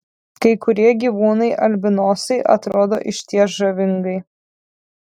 kai kurie gyvūnai albinosai atrodo išties žavingai